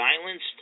silenced